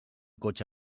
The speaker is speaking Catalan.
cotxe